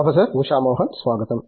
professor Usha Mohan స్వాగతం